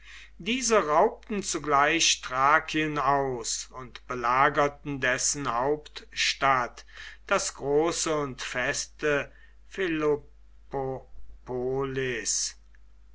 diese raubten zugleich thrakien aus und belagerten dessen hauptstadt das große und feste